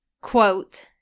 quote